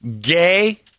gay